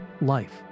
Life